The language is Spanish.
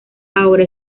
ahora